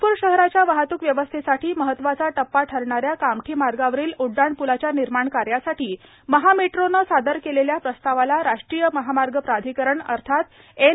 नागपूर शहराच्या वाहतूक व्यवस्थेसाठी महत्वाचा ठरणाऱ्या कामठी मार्गावरील उड्डाण प्लाच्या निर्माण कार्यासाठी महामेट्रोने सादर केलेल्या प्रस्तावाला राष्ट्रीय महामार्ग प्राधिकरण अर्थात एन